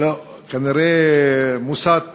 כנראה מוסת נגדי,